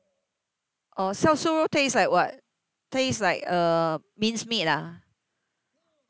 oh so so taste like what taste like uh minced meat ah